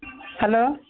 hello